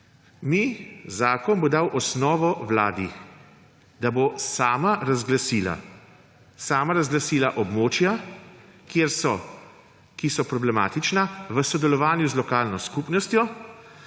zakon bo dal osnovo Vladi, da bo sama razglasila območja, ki so problematična, v sodelovanju z lokalno skupnostjo.